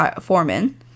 foreman